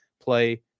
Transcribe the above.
play